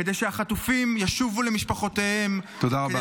כדי שהחטופים ישובו למשפחותיהם -- תודה רבה.